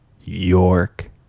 York